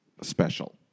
special